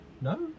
No